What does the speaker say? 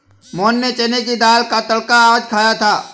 मोहन ने चने की दाल का तड़का आज खाया था